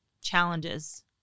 challenges